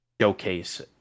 showcase